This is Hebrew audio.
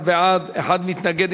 21 בעד, אחד מתנגד.